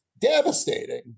devastating